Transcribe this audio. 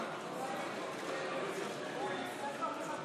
מאולם המליאה.)